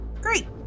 Great